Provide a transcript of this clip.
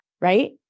right